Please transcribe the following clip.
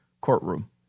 courtroom